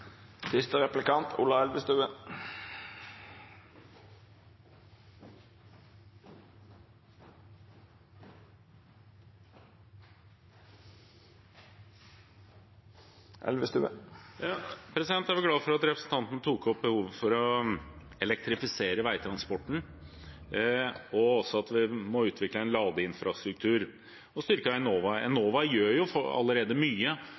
Jeg er glad for at representanten tok opp behovet for å elektrifisere veitransporten og også at vi må utvikle en lavinfrastruktur og styrke Enova. Enova gjør jo allerede mye